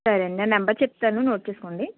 సరే అండి నా నెంబర్ చెప్తాను నోట్ చేసుకోండి